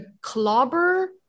clobber